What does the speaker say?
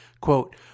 Quote